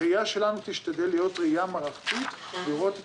הראייה שלנו תשתדל להיות ראייה מערכתית לראות את